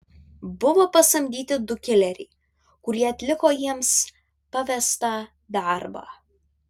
buvo pasamdyti du kileriai kurie atliko jiems pavestą darbą